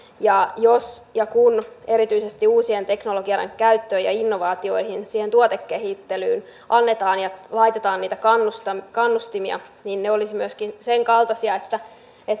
ja jos ja kun erityisesti uusien teknologioiden käyttöön ja innovaatioihin siihen tuotekehittelyyn annetaan ja laitetaan kannustimia niin ne olisivat sen kaltaisia että